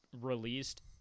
released